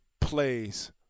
plays